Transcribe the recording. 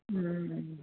ம்